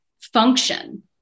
function